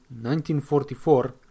1944